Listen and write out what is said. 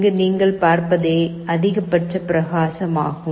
இங்கு நீங்கள் பார்ப்பதே அதிகபட்ச பிரகாசம் ஆகும்